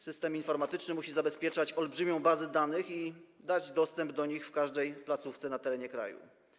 System informatyczny musi zabezpieczać olbrzymią bazę danych i dawać dostęp do niej w każdej placówce na terenie kraju.